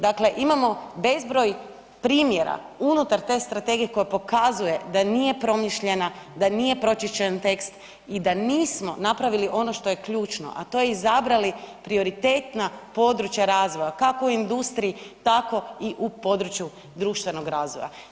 Dakle imamo bezbroj primjera unutar te strategije koji pokazuje da nije promišljena, da nije pročišćen tekst i da nismo napravili ono što je ključno a to je izabrali prioritetna područja razvoja, kako u industriji tako i u području društvenog razvoja.